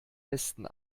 besten